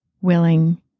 willing